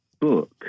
book